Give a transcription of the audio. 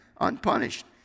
unpunished